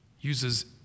uses